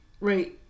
right